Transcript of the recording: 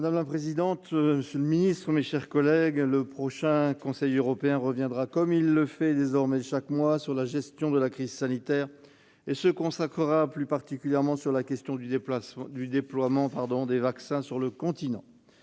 Madame la présidente, monsieur le secrétaire d'État, mes chers collègues, le prochain Conseil européen reviendra, comme il le fait désormais chaque mois, sur la gestion de la crise sanitaire, et se concentrera plus particulièrement sur la question du déploiement des vaccins sur le continent.